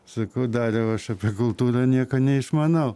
sakau dariau aš apie kultūrą nieko neišmanau